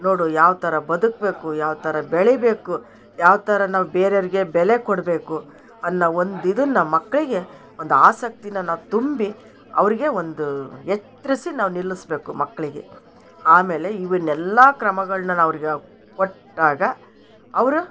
ನೋಡು ಯಾವ್ಥರ ಬದುಕಬೇಕು ಯಾವ್ಥರ ಬೆಳಿಯಬೇಕು ಯಾವ್ಥರ ನಾವು ಬೇರೆಯವರಿಗೆ ಬೆಲೆ ಕೊಡಬೇಕು ಅನ್ನೋ ಒಂದು ಇದನ್ನ ಮಕ್ಕಳಿಗೆ ಒಂದು ಆಸಕ್ತಿನ ನಾವು ತುಂಬಿ ಅವರಿಗೆ ಒಂದು ಎತ್ರಿಸಿ ನಾವು ನಿಲ್ಲಸಬೇಕು ಮಕ್ಕಳಿಗೆ ಆಮೇಲೆ ಇವನ್ನೆಲ್ಲಾ ಕ್ರಮಗಳ್ನ ನಾವು ಅವ್ರಿಗೆ ಕೊಟ್ಟಾಗ ಅವ್ರು